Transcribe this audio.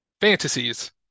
fantasies